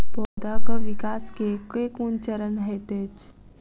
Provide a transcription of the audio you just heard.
पौधाक विकास केँ केँ कुन चरण हएत अछि?